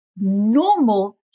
normal